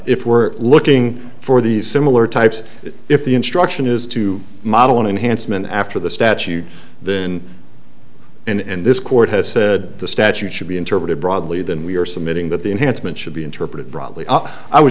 if we're looking for these similar types if the instruction is to model an enhancement after the statute then and this court has said the statute should be interpreted broadly than we are submitting that the enhancement should be interpreted broadly i was